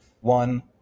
one